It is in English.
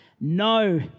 No